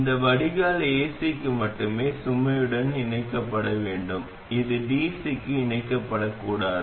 இந்த வடிகால் ஏசிக்கு மட்டுமே சுமையுடன் இணைக்கப்பட வேண்டும் இது டிசிக்கு இணைக்கப்படக்கூடாது